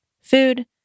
Food